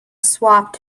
swapped